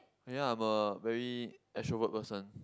you know I'm a very extrovert person